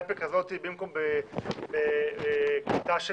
אתם רוצים שקלפי כזאת במקום בכיתה של